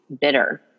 bitter